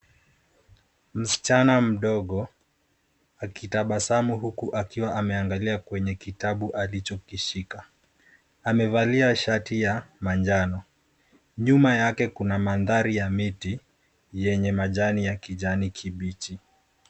Msichana mdogo akitabasamu huku akiwa ameangalia kwenye kitabu alichokishika. Amevalia shati ya manjano. Nyuma yake kuna mandhari ya miti yenye majani ya kijani kibichi.